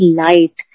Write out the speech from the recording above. light